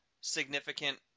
significant